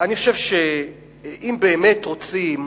אני חושב שאם באמת רוצים